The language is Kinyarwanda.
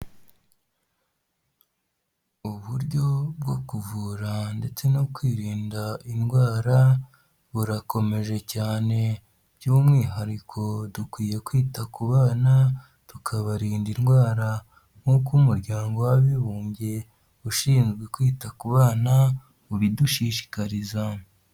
Uburyo bwo kuvura ndetse no kwirinda indwara burakomeje cyane, by'umwihariko dukwiye kwita ku bana, tukabarinda indwara nk'uko umuryango w'abibumbye ushinzwe kwita ku bana ubidushishikariza.